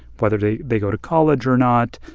whether they they go to college or not,